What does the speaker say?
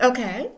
Okay